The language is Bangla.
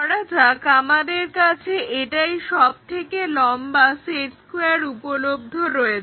ধরা যাক আমাদের কাছে এটাই সব থেকে লম্বা সেট স্কোয়্যার উপলব্ধ রয়েছে